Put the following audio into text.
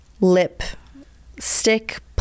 Lipstick